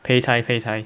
peicai peicai